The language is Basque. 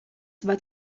bat